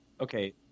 Okay